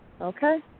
Okay